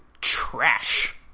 trash